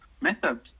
methods